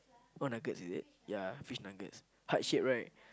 what nuggets is it ya fish nuggets heart shape right